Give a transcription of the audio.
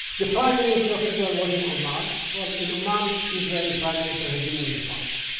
the prime minister of israel was in oman. well, in oman israeli prime minister had been in the past.